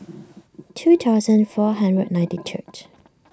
two thousand four hundred ninety third